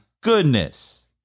goodness